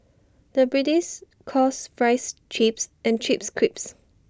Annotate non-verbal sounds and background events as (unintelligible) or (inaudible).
the (unintelligible) calls Fries Chips and Chips Crisps